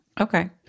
Okay